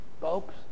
folks